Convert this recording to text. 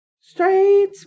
straight